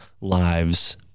lives